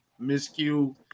miscue